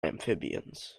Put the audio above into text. amphibians